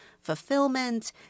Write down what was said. fulfillment